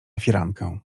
firankę